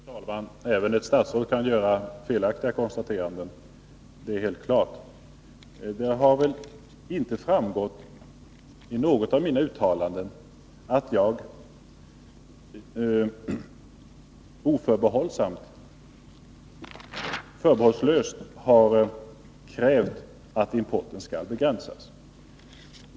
Fru talman! Även ett statsråd kan göra felaktiga konstateranden — det är helt klart. Det har väl inte framgått av något av mina uttalanden att jag förbehållslöst krävt att importen skall begränsas.